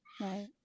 right